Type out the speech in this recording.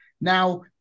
Now